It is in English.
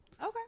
okay